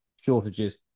shortages